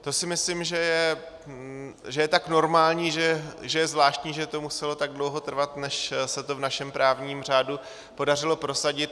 To si myslím, že je tak normální, že je zvláštní, že to muselo tak dlouho trvat, než se to v našem právním řádu podařilo prosadit.